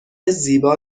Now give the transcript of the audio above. زیبا